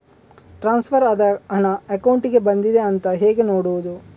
Transfer ಆದ ಹಣ ಅಕೌಂಟಿಗೆ ಬಂದಿದೆ ಅಂತ ಹೇಗೆ ನೋಡುವುದು?